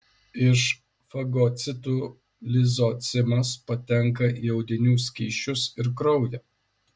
iš fagocitų lizocimas patenka į audinių skysčius ir kraują